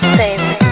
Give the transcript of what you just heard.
baby